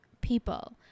people